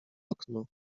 okno